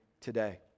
today